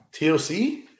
TLC